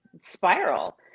spiral